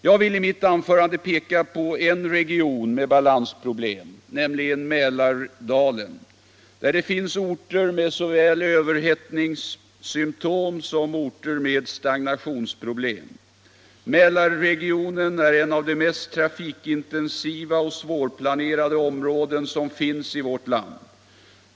Jag vill i mitt anförande peka på en region med balansproblem, nämligen Mälardalen, där det finns såväl orter med överhettningsproblem som orter med stagnationsproblem. Mälarregionen är ett av de mest trafikintensiva och svårplanerade områden som finns i vårt land.